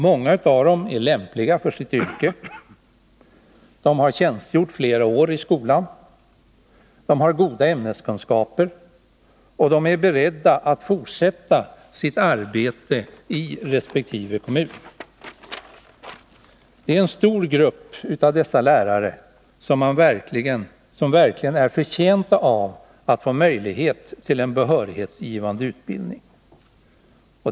Många av dem är lämpliga för sitt yrke. De har tjänstgjort flera år i skolan, de har goda ämneskunskaper och de är beredda att fortsätta sitt arbete i resp. kommun. Det är en stor grupp av dessa lärare som verkligen är förtjänta att få möjlighet till en behörighetsgivande utbildning.